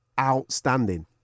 outstanding